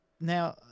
now